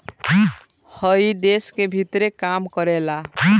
हइ देश के भीतरे काम करेला